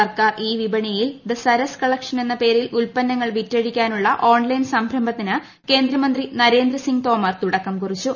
സർക്കാർ ഇ വിപണിയിൽ the Saras collection എന്ന പേരിൽ ഉല്പ്പന്നങ്ങൾ വിറ്റഴിക്കാനുള്ള ഓൺലൈൻ സംരംഭത്തിന് കേന്ദ്രമന്ത്രി നരേന്ദ്രസിംഗ് തോമർ തുടക്കം കുറിച്ചു